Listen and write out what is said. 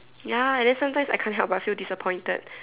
ya and then sometimes I can't help but feel disappointed